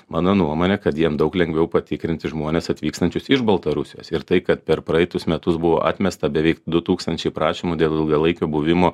mano nuomone kad jiem daug lengviau patikrinti žmones atvykstančius iš baltarusijos ir tai kad per praeitus metus buvo atmesta beveik du tūkstančiai prašymų dėl ilgalaikio buvimo